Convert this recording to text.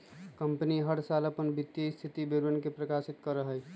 company हर साल अपन वित्तीय स्थिति विवरण के प्रकाशित करा हई